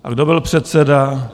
A kdo byl předseda?